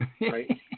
right